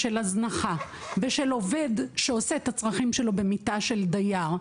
הזנחה ועובד שעושה את הצרכים שלו במיטה של דייר,